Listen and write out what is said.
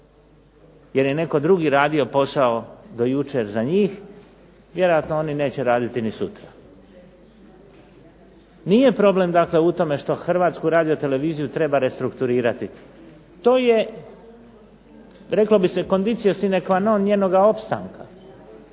jer je netko drugi radio posao do jučer za njih, vjerojatno oni neće raditi ni sutra. Nije problem dakle u tome što Hrvatsku radioteleviziju treba restrukturirati, to je reklo bi se condicio sine qua non njenoga opstanka,